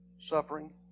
suffering